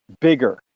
bigger